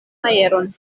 aeron